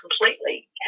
completely